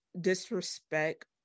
disrespect